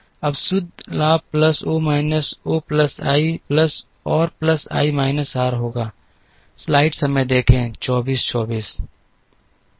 अब शुद्ध लाभ plus O minus O plus I plus R plus I minus R होगा